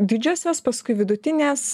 didžiosios paskui vidutinės